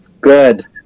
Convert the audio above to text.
good